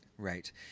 Right